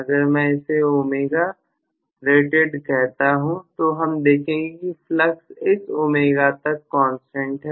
अगर मैं इसे ωrated कहता हूं तो हम देखेंगे कि फ्लक्स इस ω तक कांस्टेंट हैं